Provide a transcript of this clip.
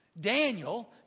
Daniel